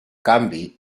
canvi